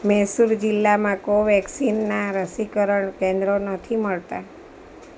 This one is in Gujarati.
મૈસુર જિલ્લામાં કોવેક્સિનનાં રસીકરણ કેન્દ્રો નથી મળતાં